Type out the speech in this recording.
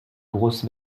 grosses